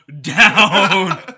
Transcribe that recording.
down